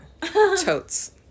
Totes